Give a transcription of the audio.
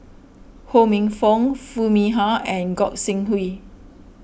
Ho Minfong Foo Mee Har and Gog Sing Hooi